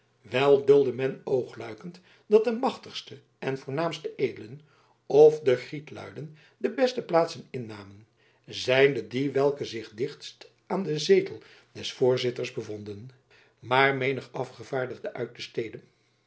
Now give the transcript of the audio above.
wel duldde men oogluikend dat de machtigste en voornaamste edelen of de grietluiden de beste plaatsen innamen zijnde die welke zich dichtst aan den zetel des voorzitters bevonden maar menig afgevaardigde uit